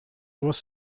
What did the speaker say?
was